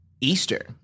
Easter